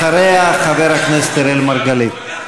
אחריה, חבר הכנסת אראל מרגלית.